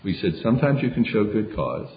we said sometimes you can show good cause